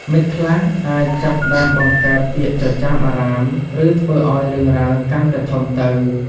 មិត្តខ្លះអាចចាប់ផ្ដើមបង្កើតពាក្យចចាមអារាម ឬធ្វើឱ្យរឿងរ៉ាវកាន់តែធំទៅ។